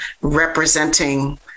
representing